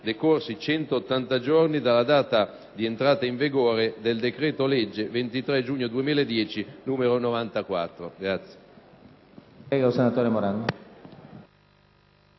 "Decorsi 180 giorni dalla data di entrata in vigore del decreto-legge 23 giugno 2010, n. 94".